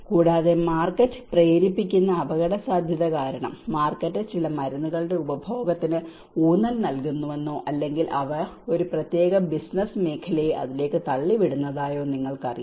കൂടാതെ മാർക്കറ്റ് പ്രേരിപ്പിക്കുന്ന അപകടസാധ്യത കാരണം മാർക്കറ്റ് ചില മരുന്നുകളുടെ ഉപഭോഗത്തിന് ഊന്നൽ നൽകുന്നുവെന്നോ അല്ലെങ്കിൽ അവ ഒരു പ്രത്യേക ബിസിനസ് മേഖലയെ അതിലേക്ക് തള്ളിവിടുന്നതായോ നിങ്ങൾക്കറിയാം